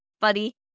Buddy